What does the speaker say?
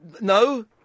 No